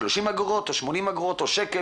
30 אגורות או 80 אגורות או שקל,